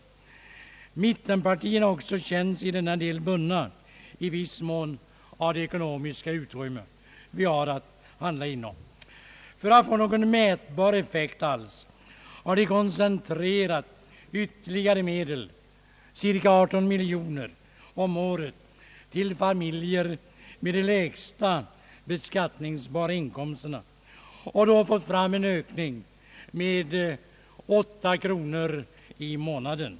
Mittenpartierna har också i viss mån känt sig bundna i detta avseende av det ekonomiska utrymmet. För att alls få någon mätbar effekt har ytterligare medel — cirka 18 miljoner kronor om året — koncentrerats till familjer med de lägsta beskattningsbara inkomsterna. Därigenom har man uppnått en ökning av 8 kronor i månaden.